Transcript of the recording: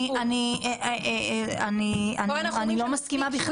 אני לא מסכימה.